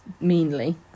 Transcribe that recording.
meanly